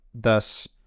thus